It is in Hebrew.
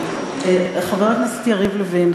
חבר הכנסת יריב לוין,